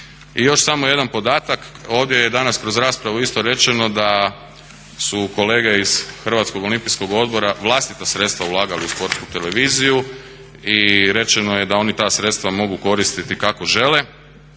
I još samo jedan podatak, ovdje je danas kroz raspravu isto rečeno da su kolege iz Hrvatskog olimpijskog odbora vlastita sredstva ulagali u Sportsku televiziju i rečeno je da oni ta sredstva mogu koristiti kako žele.